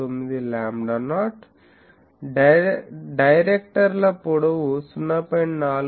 49 lambda not డైరెక్టర్ల పొడవు 0